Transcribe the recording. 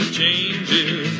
changes